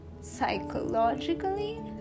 psychologically